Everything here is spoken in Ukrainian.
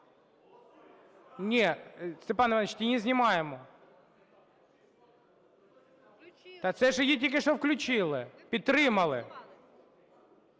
Ні, Степан Іванович, ті не знімаємо. Так це її тільки що включили, підтримали.